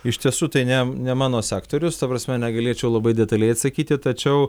iš tiesų tai ne ne mano sektorius ta prasme negalėčiau labai detaliai atsakyti tačiau